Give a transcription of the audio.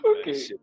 Okay